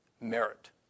merit